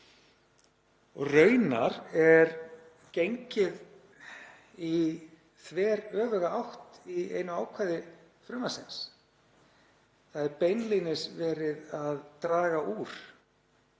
Raunar er gengið í þveröfuga átt í einu ákvæði frumvarpsins. Það er beinlínis verið að draga úr